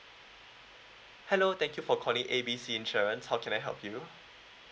hello thank you for calling A B C insurance how can I help you